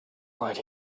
right